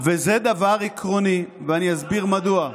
וזה דבר עקרוני, ואסביר מדוע.